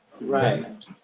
Right